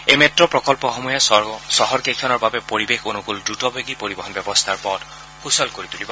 এই মেট্টো প্ৰকল্পসমূহে চহৰকেইখনৰ বাবে পৰিৱেশ অনুকুল দ্ৰুতবেগী পৰিবহন ব্যৱস্থাৰ পথ সূচল কৰি তুলিব